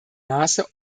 maße